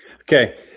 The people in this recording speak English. Okay